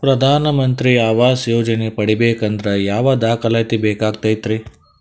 ಪ್ರಧಾನ ಮಂತ್ರಿ ಆವಾಸ್ ಯೋಜನೆ ಪಡಿಬೇಕಂದ್ರ ಯಾವ ದಾಖಲಾತಿ ಬೇಕಾಗತೈತ್ರಿ?